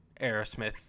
Aerosmith